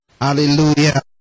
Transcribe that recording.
Hallelujah